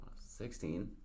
16